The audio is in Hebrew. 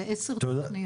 זה עשר תוכניות.